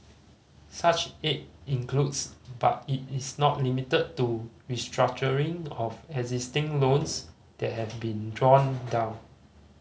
such aid includes but it is not limited to restructuring of existing loans that have been drawn down